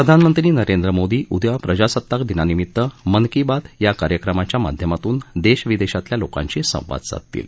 प्रधानमंत्री नरेंद्र मोदी उद्या प्रजासताक दिनानिमित मन की बात या कार्यक्रमाच्या माध्यमातून देश विदेशातल्या लोकांशी संवाद साधतील